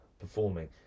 performing